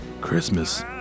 Christmas